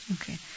Okay